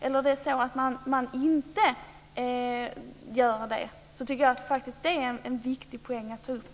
Om man inte gör det är detta en viktig poäng att ta upp.